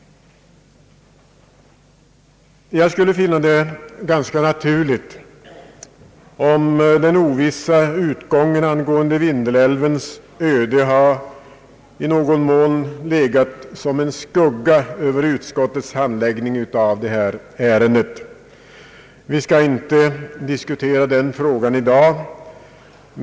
Jag skulle finna det ganska naturligt om Vindelälvens ovissa öde i någon mån legat som en skugga över utskottets handläggning av detta ärende. Vi skall inte diskutera den frågan i dag.